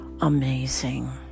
amazing